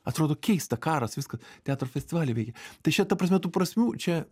atrodo keista karas viską teatro festivaliai veikie tai šia ta prasme tų prasmių čia